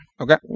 Okay